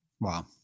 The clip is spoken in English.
Wow